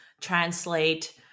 translate